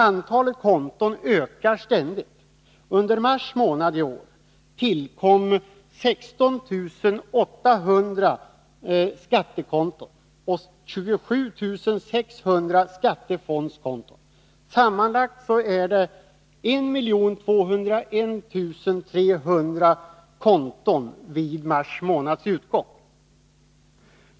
Antalet konton ökar ständigt. Under mars månad i år tillkom 16 800 skattesparkonton och 27 600 skattefondskonton. Sammanlagt finns det 1 201 300 konton vid mars månads utgång.